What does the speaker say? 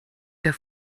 der